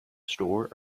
store